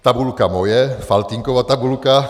Tabulka moje, Faltýnkova tabulka.